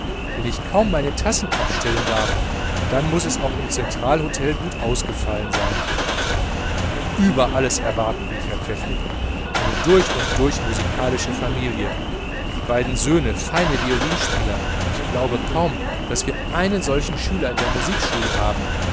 wenn ich kaum meine tassen abstellen darf dann muß es auch im zentralhotel gut ausgefallen sein über alles erwarten rief herr pfäffling eine durch und durch musikalische familie die beiden söhne feine violinspieler ich glaube kaum daß wir einen solchen schüler in der musikschule haben